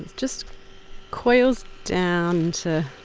just coils down into